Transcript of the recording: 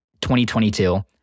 2022